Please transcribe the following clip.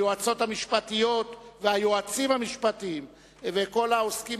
היועצות המשפטיות והיועצים המשפטיים וכל העוסקים